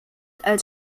als